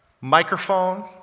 Microphone